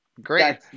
great